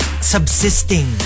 subsisting